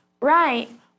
Right